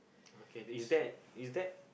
okay is that is that